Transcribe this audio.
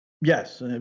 Yes